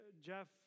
Jeff